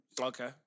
Okay